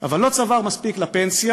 אבל לא צבר מספיק לפנסיה,